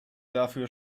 dafür